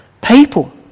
people